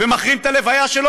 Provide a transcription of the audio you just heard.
ומחרים את הלוויה שלו,